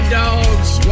dogs